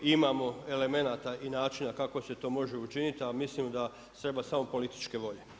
Imamo elemenata i načina kako se to može učiniti, a mislim da treba samo političke volje.